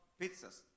pizzas